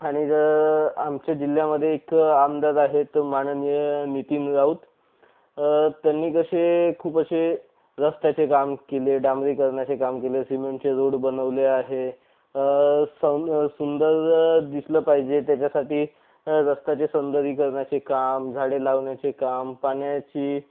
आणि ज आमच्या जिल्ह्यामध्ये एक आमदार आहेत माननीय नितीन राऊत त्यांनी कसे खूप असे रस्त्याचे काम केले डांबरीकरणाचे काम केले सिमेंटचे रोड बनवले आहे सं सुंदर दिसलं पाहिजे त्याच्यासाठी रस्त्याचे सौंदर्यीकरणाचे काम झाडे लावण्याचे काम पाण्याची